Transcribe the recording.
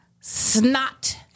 snot